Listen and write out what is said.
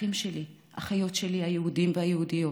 אחים שלי, אחיות שלי, היהודים והיהודיות.